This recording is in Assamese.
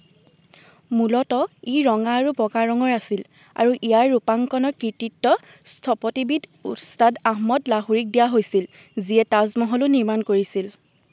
মূলতঃ ই ৰঙা আৰু বগা ৰঙৰ আছিল আৰু ইয়াৰ ৰূপাংকনৰ কৃতিত্ব স্থপতিবিদ উস্তাদ আহমদ লাহোৰীক দিয়া হৈছিল যিয়ে তাজমহলো নিৰ্মাণ কৰিছিল